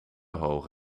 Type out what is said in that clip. hoog